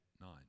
nine